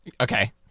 Okay